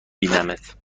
بینمت